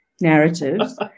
narratives